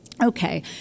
Okay